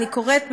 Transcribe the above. אני קוראת,